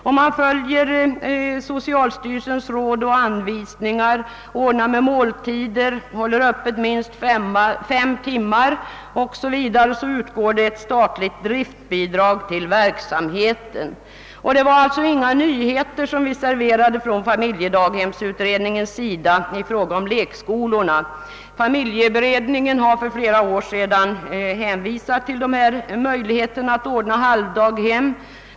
Om man följer 'socialstyrelsens råd och anvisningar och ordnar med måltider, håller öppet minst fem timmar o. s; v., utgår ett statligt bidrag till verksamheten. Det var alltså inga nyheter som vi serverade från familjedaghemsutredningens sida i fråga om lekskolorna: Familjeberedningen har för flera år sedan hänvisat till dessa möjligheter att ordna halvdaghem.